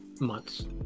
months